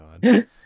God